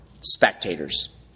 spectators